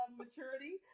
maturity